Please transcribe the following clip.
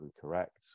correct